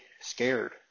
scared